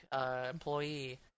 employee